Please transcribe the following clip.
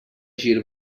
gir